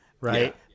right